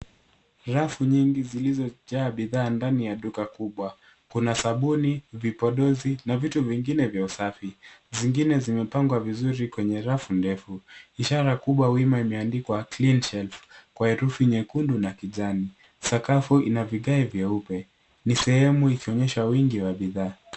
Rafu nyingi zilizojaa bidhaa ndani ya duka kubwa. Kuna sabuni, vipodozi na vitu vingine vya usafi. Zingine zimepangwa vizuri kwenye rafu ndefu. Ishara kubwa wima imeandikwa Cleanshelf kwa herufi nyekundu na kijani. Sakafu ina vigae vyeupe. Ni sehemu ikionyesha wingi wa bidhaa.